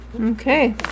Okay